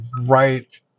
right